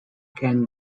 can